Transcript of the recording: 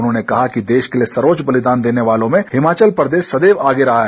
उन्होंने कहा कि देश के लिये सर्वेच्च बलिदान देने वालों में हिमाचल प्रदेश सदैव आगे रहा है